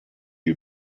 you